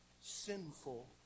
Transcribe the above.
sinful